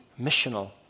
missional